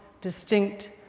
distinct